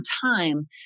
time